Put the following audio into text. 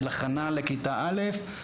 של הכנה לכיתה א׳,